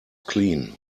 clean